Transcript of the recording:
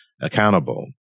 accountable